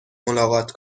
ملاقات